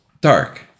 dark